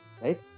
Right